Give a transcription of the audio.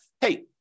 hey